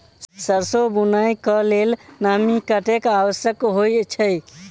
सैरसो बुनय कऽ लेल नमी कतेक आवश्यक होइ छै?